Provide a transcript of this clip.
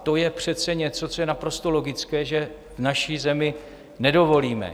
To je přece něco, co je naprosto logické, že v naší zemi nedovolíme.